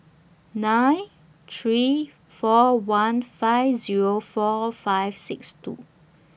nine three four one five Zero four five six two